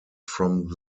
from